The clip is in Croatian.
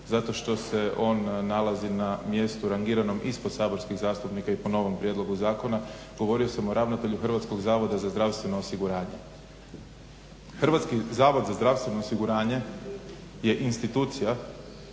zato što se on nalazi na mjestu rangiranom ispod saborskih zastupnika i po novom prijedlogu zakona. Govorio sam o ravnatelju Hrvatskog zavoda za zdravstveno osiguranje. Hrvatski zavod za zdravstveno osiguranje je institucija